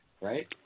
right